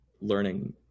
learning